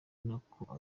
nako